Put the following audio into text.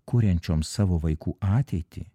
kuriančioms savo vaikų ateitį